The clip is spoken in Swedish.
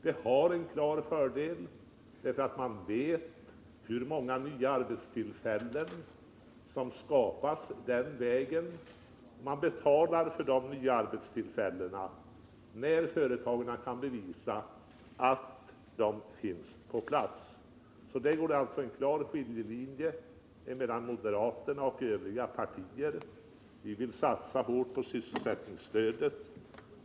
Det har en klar fördel: Man vet hur många nya arbetstillfällen som skapas den vägen. Man betalar för de nya arbetstillfällena när företagen kan bevisa att de finns. Där går det alltså en klar skiljelinje mellan moderaterna och övriga partier. Vi vill satsa hårt på sysselsättningsstödet.